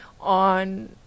on